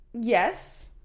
Yes